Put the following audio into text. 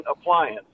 Appliance